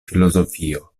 filozofio